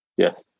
Yes